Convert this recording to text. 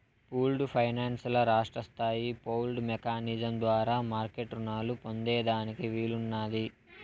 pooled finance ల రాష్ట్రస్తాయి pooled mechanism ద్వారా మార్మెట్ రునాలు పొందేదానికి వీలున్నాది